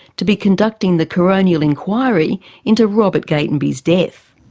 to be conducting the coronial inquiry into robert gatenby's death.